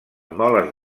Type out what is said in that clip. moles